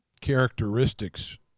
characteristics